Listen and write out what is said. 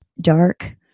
dark